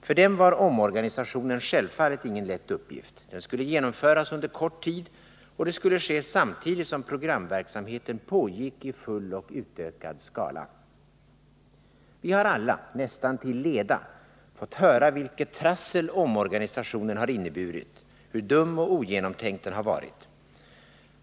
För dem var omorganisationen självfallet ingen lätt uppgift: den skulle genomföras under kort tid, och det skulle ske samtidigt som programverksamheten pågick i full och utökad skala. Vi har alla — nästan till leda — fått höra vilket trassel omorganisationen har inneburit, hur dum och ogenomtänkt den har varit.